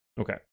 Okay